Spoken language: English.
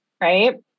right